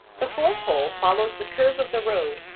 the fourth hole follows the curve of the road,